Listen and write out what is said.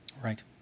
Right